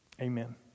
amen